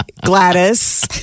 Gladys